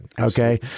okay